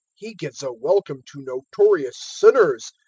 he gives a welcome to notorious sinners,